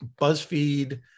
Buzzfeed